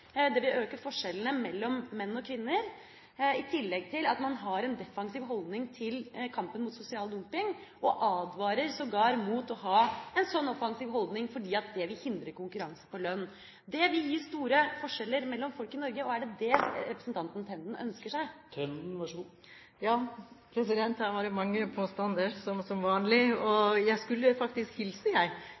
Det vil øke forskjellene mellom menn og kvinner. I tillegg har man en defensiv holdning til kampen mot sosial dumping, og man advarer sågar mot å ha en sånn offensiv holdning, for det vil hindre konkurranse på lønn. Det vil gi store forskjeller mellom folk i Norge. Er det det representanten Tenden ønsker seg? Her var det mange påstander – som vanlig. Jeg skulle faktisk hilse til representanten Thorkildsen fra mange av SV-damene – jeg